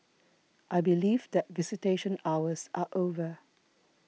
I believe that visitation hours are over